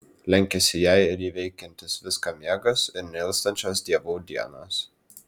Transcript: lenkiasi jai ir įveikiantis viską miegas ir neilstančios dievų dienos